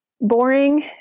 Boring